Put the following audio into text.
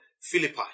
Philippi